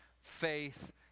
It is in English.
faith